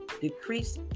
decrease